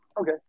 Okay